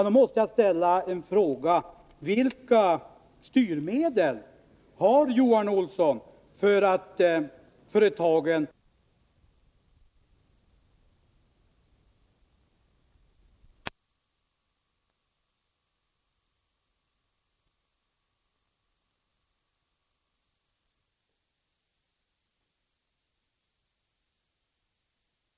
Då måste jag fråga: Vilka styrmedel har Johan Olsson för att få företagen att följa dessa ramar? Finns det över huvud taget några ramar upprättade? Det har i så fall gått mig förbi.